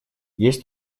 есть